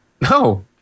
no